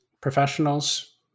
professionals